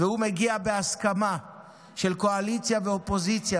והוא מגיע בהסכמה של קואליציה ואופוזיציה.